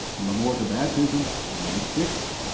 the memorial baptism, romans six,